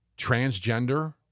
transgender